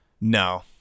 no